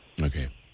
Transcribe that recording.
Okay